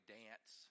dance